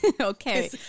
Okay